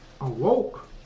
awoke